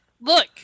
look